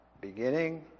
Beginning